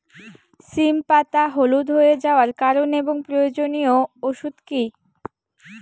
সিম পাতা হলুদ হয়ে যাওয়ার কারণ এবং প্রয়োজনীয় ওষুধ কি?